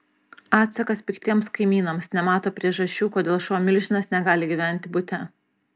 atsakas piktiems kaimynams nemato priežasčių kodėl šuo milžinas negali gyventi bute